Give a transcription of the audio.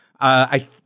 I